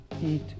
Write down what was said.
eat